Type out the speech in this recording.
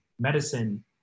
medicine